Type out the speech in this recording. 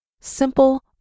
Simple